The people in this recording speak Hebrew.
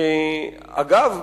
אגב,